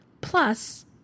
Plus